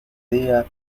diga